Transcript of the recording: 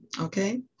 okay